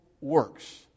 works